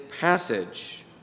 passage